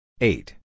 Eight